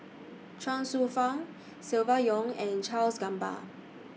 Chuang Hsueh Fang Silvia Yong and Charles Gamba